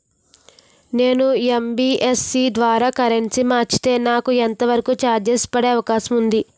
నేను యన్.బి.ఎఫ్.సి ద్వారా కరెన్సీ మార్చితే నాకు ఎంత వరకు చార్జెస్ పడే అవకాశం ఉంది?